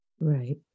Right